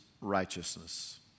righteousness